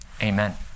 Amen